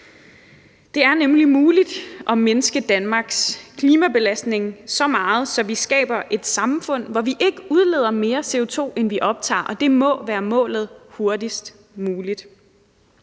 Det er nemlig muligt at mindske Danmarks klimabelastning så meget, at vi skaber et samfund, hvor vi ikke udleder mere CO2, end vi optager, og det må være målet hurtigst muligt.